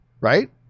right